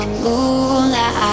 moonlight